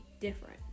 different